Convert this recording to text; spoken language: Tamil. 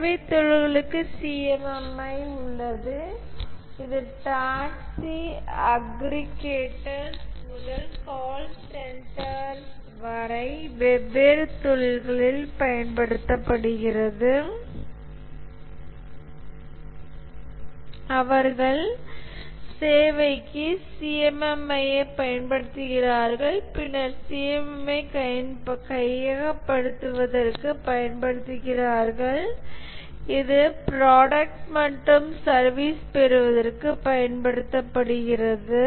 சேவைத் தொழில்களுக்கு CMMI உள்ளது இவை டாக்ஸி ஆக்ரிகேட்டர்ஸ் முதல் கால் சென்டர்கள் வரை வெவ்வேறு தொழில்களில் பயன்படுத்தப்படுகின்றன அவர்கள் சேவைக்கு CMMI ஐப் பயன்படுத்துகிறார்கள் பின்னர் CMMI ஐ கையகப்படுத்துவதற்குப் பயன்படுத்துகிறார்கள் இது ப்ராடக்ட் மற்றும் சர்வீசஸ் பெறுவதற்குப் பயன்படுத்தப்படுகிறது